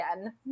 again